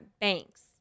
banks